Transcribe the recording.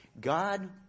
God